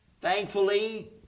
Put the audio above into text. Thankfully